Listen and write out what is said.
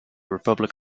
republic